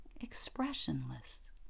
expressionless